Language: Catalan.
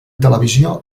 televisió